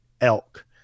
elk